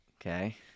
Okay